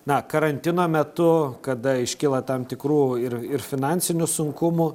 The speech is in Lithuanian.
na karantino metu kada iškyla tam tikrų ir ir finansinių sunkumų